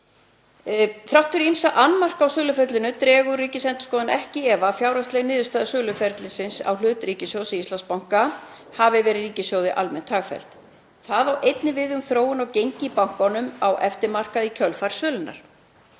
fyrir ýmsa annmarka á söluferlinu dregur Ríkisendurskoðun ekki í efa að fjárhagsleg niðurstaða söluferlisins á hlut ríkissjóðs í Íslandsbanka hafi verið ríkissjóði almennt hagfelld. Það á einnig við um þróun á gengi í bankanum á eftirmarkaði í kjölfar sölunnar.